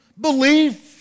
belief